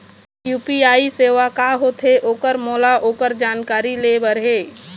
UPI सेवा का होथे ओकर मोला ओकर जानकारी ले बर हे?